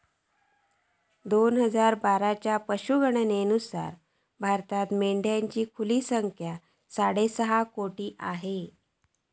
दोन हजार बाराच्या पशुगणनेनुसार भारतात मेंढ्यांची खुली संख्या साडेसहा कोटी आसा